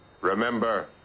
Remember